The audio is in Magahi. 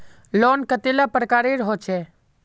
लोन कतेला प्रकारेर होचे?